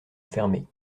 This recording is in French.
fermée